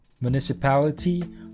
municipality